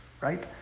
right